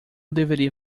deveria